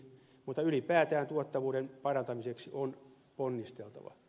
mutta ylipäätään tuottavuuden parantamiseksi on ponnisteltava